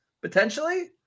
Potentially